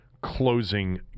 closing